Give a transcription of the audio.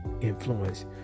influence